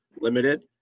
limited